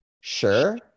sure